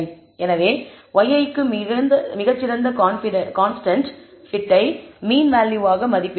எனவே yi க்கு சிறந்த கான்ஸ்டன்ட் fit ஐ மீன் வேல்யுவாக மதிப்பிடுவோம்